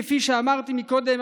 כפי שאמרתי מקודם,